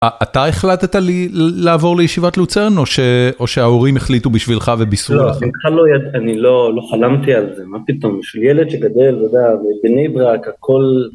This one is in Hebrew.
אתה החלטת לעבור לישיבת לוצרן או שההורים החליטו בשבילך ובישרו לך? לא, אני לא חלמתי על זה, מה פתאום, יש לי ילד שגדל, אתה יודע, בבני ברק, הכל...